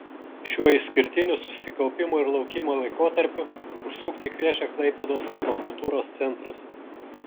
šiuo išskirtiniu susikaupimo ir laukimo laikotarpiu užsukti kviečia klaipėdos etnokultūros centras